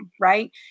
right